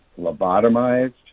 lobotomized